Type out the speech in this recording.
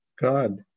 God